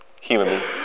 humanly